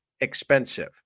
expensive